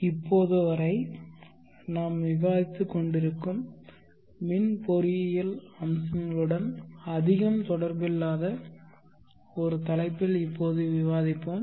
இப்போது வரை நாம் விவாதித்துக்கொண்டிருக்கும் மின் பொறியியல் அம்சங்களுடன் அதிகம் தொடர்பில்லாத ஒரு தலைப்பில் இப்போது விவாதிப்போம்